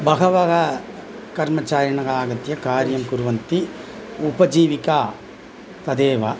बहवः कर्मचारिणः आगत्य कार्यं कुर्वन्ति उपजीविका तदेव